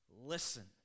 listen